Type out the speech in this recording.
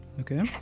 Okay